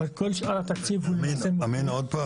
אבל כל שאר התקציב --- עוד פעם